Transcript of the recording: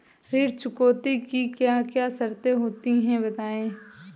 ऋण चुकौती की क्या क्या शर्तें होती हैं बताएँ?